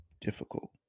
difficult